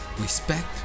respect